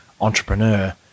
entrepreneur